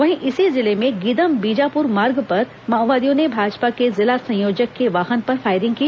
वहीं इसी जिले में गीदम बीजापुर मार्ग पर माओवादियों ने भाजपा के जिला संयोजक के वाहन पर फायरिंग की